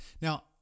Now